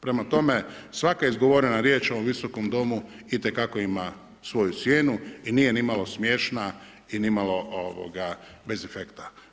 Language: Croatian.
Prema tome svaka izgovorena riječ u ovom visokom Domu itekako ima svoju cijenu i nije nimalo smiješna i bez efekta.